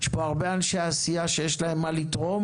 יש פה הרבה אנשי עשייה שיש להם מה לתרום